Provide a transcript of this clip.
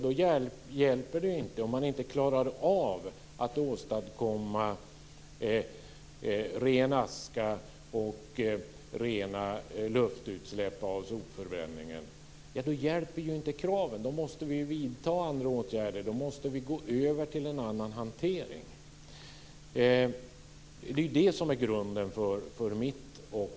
Om man inte klarar av att åstadkomma ren aska och rena luftutsläpp efter sopförbränningen så hjälper ju inte kraven. Då måste vi vidta andra åtgärder. Då måste vi gå över till en annan hantering. Det är det som är grunden för mitt och